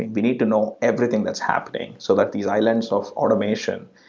and we need to know everything that's happening so that these islands of automation,